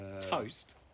Toast